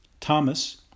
Thomas